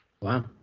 Wow